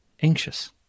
anxious